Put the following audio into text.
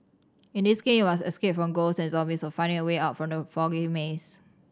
in this game you must escape from ghosts and zombies while finding a way out from the foggy maze